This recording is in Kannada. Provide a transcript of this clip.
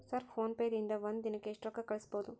ಸರ್ ಫೋನ್ ಪೇ ದಿಂದ ಒಂದು ದಿನಕ್ಕೆ ಎಷ್ಟು ರೊಕ್ಕಾ ಕಳಿಸಬಹುದು?